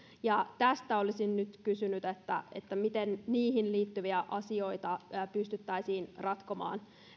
tästä olisin nyt kysynyt miten niihin liittyviä asioita pystyttäisiin ratkomaan